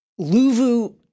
Luvu